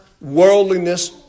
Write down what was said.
worldliness